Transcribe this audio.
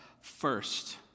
first